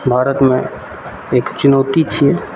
भारतमे एक चुनौती छियै